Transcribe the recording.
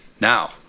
Now